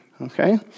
okay